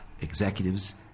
executives